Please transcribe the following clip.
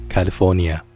California